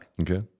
Okay